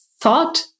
thought